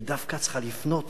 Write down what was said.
היא צריכה לפנות